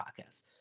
podcasts